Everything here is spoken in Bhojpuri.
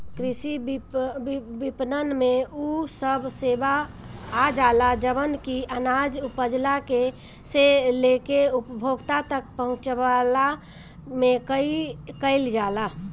कृषि विपणन में उ सब सेवा आजाला जवन की अनाज उपजला से लेके उपभोक्ता तक पहुंचवला में कईल जाला